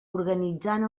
organitzant